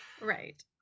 Right